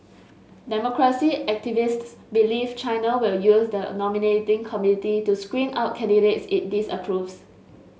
democracy activists believe China will use the nominating committee to screen out candidates it disapproves